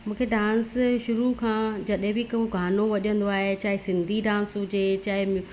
मूंखे डांस शुरू खां जॾहिं बि को गानो वजंदो आहे चाहे सिंधी डांस हुजे चाहे